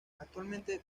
actualmente